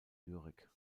lyrik